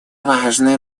важная